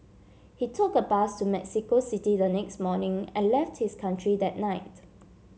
he took a bus to Mexico City the next morning and left his country that night